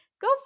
go